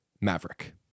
Maverick